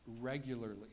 regularly